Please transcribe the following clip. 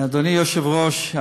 אדוני היושב-ראש,